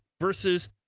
versus